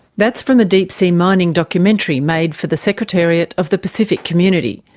that's from a deep sea mining documentary made for the secretariat of the pacific community.